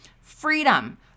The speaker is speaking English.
Freedom